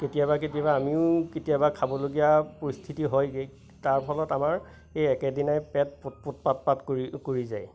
কেতিয়াবা কেতিয়াবা আমিও কেতিয়াবা খাবলগীয়া পৰিস্থিতি হয়গে তাৰ ফলত আমাৰ এই একেদিনাই পেট পুত পুতপাত পাত কৰি যায়